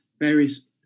various